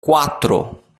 quatro